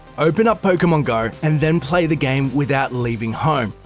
open up pokemon go, and then play the game without leaving home.